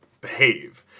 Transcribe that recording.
behave